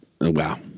wow